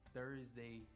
Thursday